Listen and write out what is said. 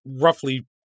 roughly